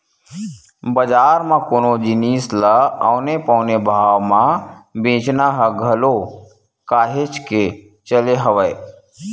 बजार म कोनो जिनिस ल औने पौने भाव म बेंचना ह घलो काहेच के चले हवय